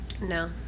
No